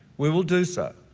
we will do so.